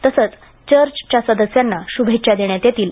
तसेच चर्चच्या सदस्यांना शुभेच्छा देण्यात येतील